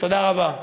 תודה רבה.